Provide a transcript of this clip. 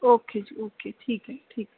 okay ਜੀ okay ਜੀ ਠੀਕ ਹੈ ਠੀਕ ਹੈ